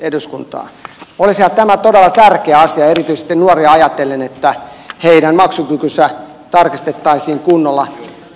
olisihan tämä todella tärkeä asia erityisesti nuoria ajatellen että heidän maksukykynsä tarkistettaisiin kunnolla